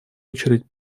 очередь